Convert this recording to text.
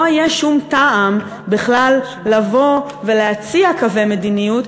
לא יהיה שום טעם בכלל לבוא ולהציע קווי מדיניות,